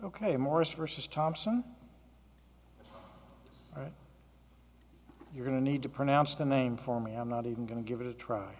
ok morris versus thompson all right you're going to need to pronounce the name for me i'm not even going to give it a try